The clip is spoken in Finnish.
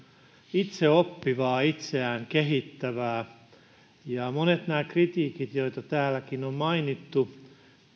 itse oppivaa itseään kehittävää monet nämä kritiikit joita täälläkin on mainittu